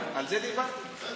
על זה דיברתי בדיוק.